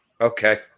Okay